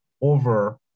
over